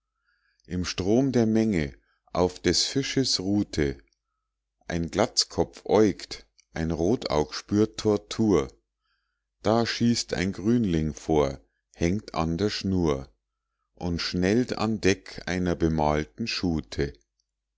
im strom der menge auf des fisches route ein glatzkopf äugt ein rotaug spürt tortur da schießt ein grünling vor hängt an der schnur und schnellt an deck einer bemalten schute